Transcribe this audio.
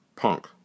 punk